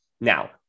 Now